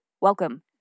welcome